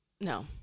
No